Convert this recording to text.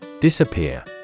Disappear